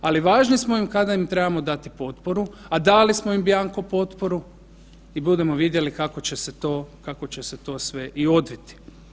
Ali važni smo im kada im trebamo dati potporu, a dali smo im bjanko potporu i budemo vidjeli kako će se to sve i odviti.